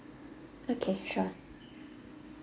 okay sure